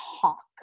talk